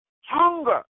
hunger